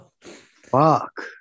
fuck